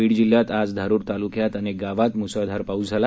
बीड जिल्ह्यात आज धारूर तालुक्यात अनेक गावांत मुसळधार पाऊस पडला